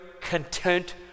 content